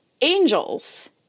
Angels